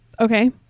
okay